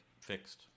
Fixed